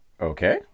Okay